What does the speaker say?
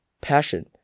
passion